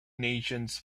nations